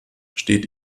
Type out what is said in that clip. steht